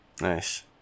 Nice